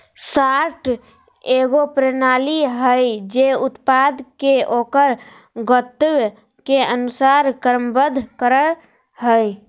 sorter एगो प्रणाली हइ जे उत्पाद के ओकर गंतव्य के अनुसार क्रमबद्ध करय हइ